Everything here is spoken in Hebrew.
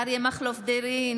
בעד אריה מכלוף דרעי,